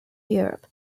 europe